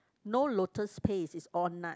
no lotus paste is all nut